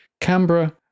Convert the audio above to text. Canberra